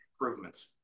improvements